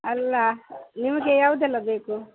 ಅಲ್ಲ ನಿಮಗೆ ಯಾವುದೆಲ್ಲ ಬೇಕು